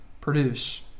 produce